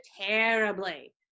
terribly